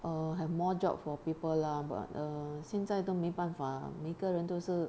a'ah have more jobs for people lah but err 现在都没办法每个人都是